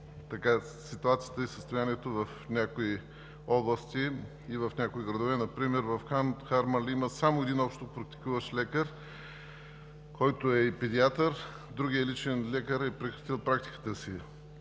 е ситуацията и състоянието в някои области и градове. Например в Харманли има само един общопрактикуващ лекар, който е и педиатър, а другият личен лекар е прекратил практиката си.